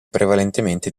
prevalentemente